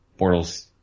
Bortles